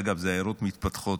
אגב, זה עיירות מתפתחות.